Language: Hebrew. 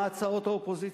מה הצעות האופוזיציה?